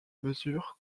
mesures